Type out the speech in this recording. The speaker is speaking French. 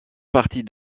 partie